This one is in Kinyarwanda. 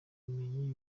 ubumenyi